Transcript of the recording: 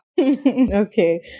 Okay